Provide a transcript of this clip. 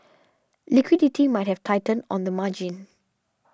liquidity might have tightened on the margin